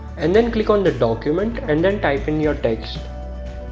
and then click on the document and then type in your text